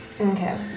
Okay